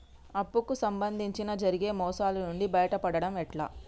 అప్పు కు సంబంధించి జరిగే మోసాలు నుండి బయటపడడం ఎట్లా?